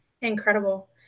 incredible